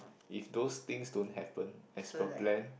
if those things don't happen as per plan